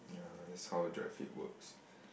yeah that's how dry fit works